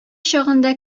чагында